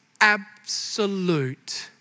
absolute